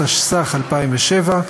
התשס"ח 2007,